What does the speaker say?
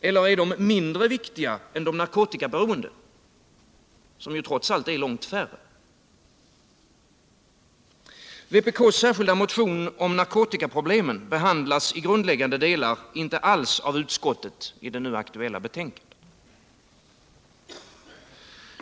Eller är de mindre viktiga än de narkotikaberoende, som trots allt är långt färre? Vpk:s särskilda motion om narkotikaproblemen behandlas i grundläggande delar inte alls av utskottet i det nu aktuella betänkandet.